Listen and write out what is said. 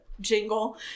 jingle